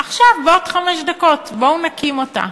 עכשיו, בעוד חמש דקות, בואו נקים אותה.